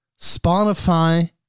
Spotify